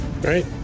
Right